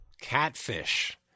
Catfish